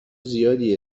زیادی